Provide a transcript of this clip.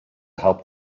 help